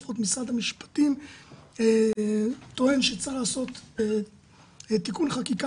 לפחות משרד המשפטים טוען שצריך לעשות תיקון חקיקה